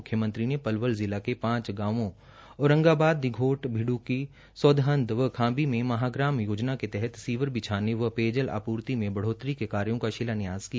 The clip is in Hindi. म्ख्यमंत्री ने पलवल जिला के पांच गांवों औरंगाबाद दीघोट भिड्की सौदहंद व खांबी में महाग्राम योजना के तहत सीवर बिछाने व पेयजल आपूर्ति में बढ़ोतरी के कार्यों का शिलान्यास किया